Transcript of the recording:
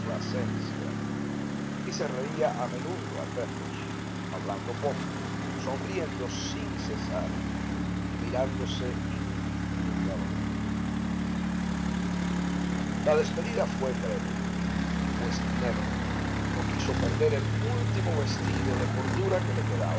complacencia y se reía a menudo al verlos hablando poco sonriendo sin cesar y mirándose infinitamente la despedida fué breve pues nébel no quiso perder el último vestigio de cordura que le quedaba